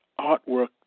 artwork